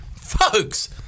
Folks